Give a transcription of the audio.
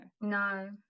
no